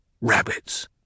Rabbits